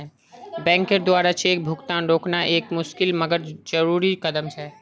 बैंकेर द्वारा चेक भुगतान रोकना एक मुशिकल मगर जरुरी कदम छे